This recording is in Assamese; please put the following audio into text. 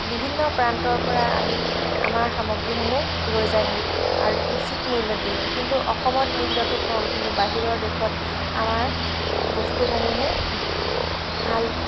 বিভিন্ন প্ৰান্তৰ পৰা আহি আমাৰ সামগ্ৰীসমূহ লৈ যায়হি আৰু উচিত মূল্য দিয়ে কিন্তু অসমত মূল্যটো কম কিন্তু বাহিৰৰ দেশত আমাৰ বস্তুসমূহে ভাল